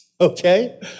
Okay